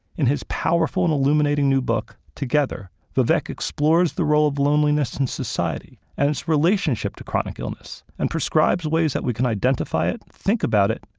in his powerful and illuminating new book together, vivek explores the role of loneliness in society and its relationship to chronic illness and prescribes ways that we can identify it, think about it,